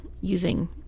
using